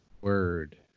Word